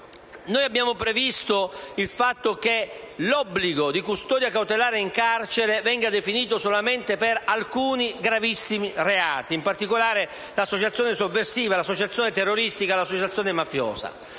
Abbiamo inoltre previsto che l'obbligo di custodia cautelare in carcere venga definito solamente per alcuni gravissimi reati, ovvero l'associazione sovversiva, l'associazione terroristica e l'associazione mafiosa.